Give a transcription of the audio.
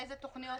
לאילו תוכניות,